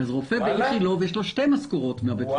לרופא באיכילוב יש שתי משכורות מבית החולים.